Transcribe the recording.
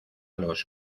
los